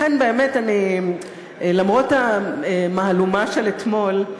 לכן באמת, למרות המהלומה של אתמול,